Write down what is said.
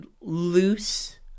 loose